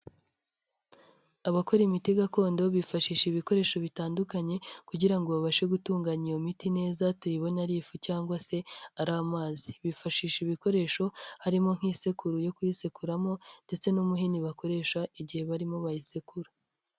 Abakora imiti gakondo bifashisha ibikoresho bitandukanye kugira ngo babashe gutunganya iyo miti neza tuyibone ari ifu cyangwa se ari amazi. Bifashisha ibikoresho harimo nk'isekuru yo kuyisekuramo ndetse n'umuhini bakoresha igihe barimo bayisekura.